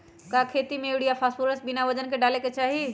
का खेती में यूरिया फास्फोरस बिना वजन के न डाले के चाहि?